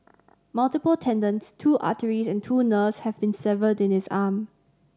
multiple tendons two arteries and two nerves had been severed in his arm